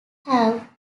have